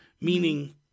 meaning